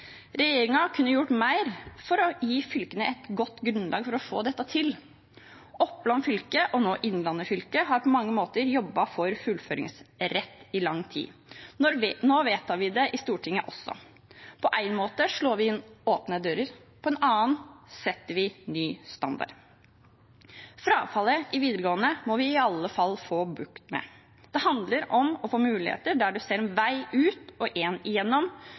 kunne gjort mer for å gi fylkene et godt grunnlag for å få dette til. Oppland fylke, og nå Innlandet fylke, har på mange måter jobbet for fullføringsrett i lang tid. Nå vedtar vi det i Stortinget også. På en måte slår vi inn åpne dører – på en annen setter vi ny standard. Frafallet i videregående må vi i alle fall få bukt med. Det handler om å få muligheter der du ser en vei ut og en